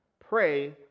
pray